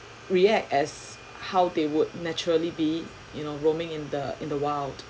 react as how they would naturally be you know roaming in the in the wild